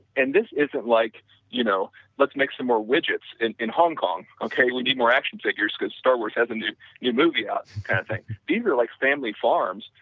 and this isn't like you know let's make some more widgets in in hong kong, okay? we need more action figures because star wars has a new yeah movie out. these are like family farms.